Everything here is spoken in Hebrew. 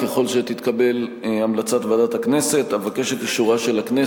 ככל שתתקבל המלצת ועדת הכנסת.